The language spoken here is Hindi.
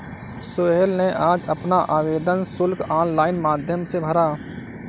सोहेल ने आज अपना आवेदन शुल्क ऑनलाइन माध्यम से भरा